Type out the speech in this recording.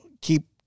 keep